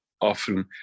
often